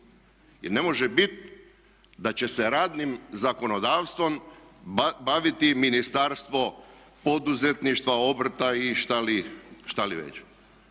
jer ne može biti da će se radnim zakonodavstvom baviti Ministarstvo poduzetništva, obrta i šta li već.